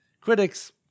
Critics